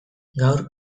gaur